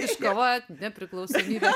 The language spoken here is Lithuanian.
iškovojot nepriklausomybę